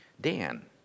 Dan